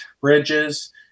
bridges